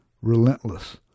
relentless